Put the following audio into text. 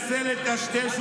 הקהילה יותר מסוכנת מהחיזבאללה